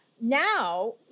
Now